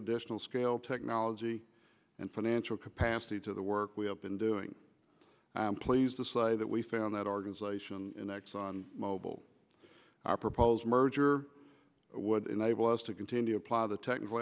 additional scale technology and financial capacity to the work we have been doing and i'm pleased to say that we found that organization in exxon mobil our proposed merger would enable us to continue apply the technical